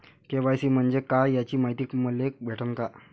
KYC म्हंजे काय याची मायती मले भेटन का?